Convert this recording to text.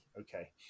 okay